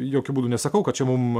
jokiu būdu nesakau kad čia mum